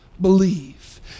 believe